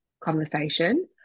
conversation